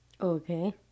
Okay